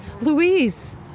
Louise